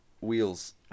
Wheels